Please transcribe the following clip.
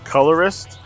Colorist